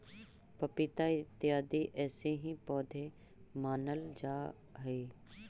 पपीता इत्यादि ऐसे ही पौधे मानल जा हई